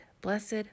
blessed